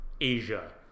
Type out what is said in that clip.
asia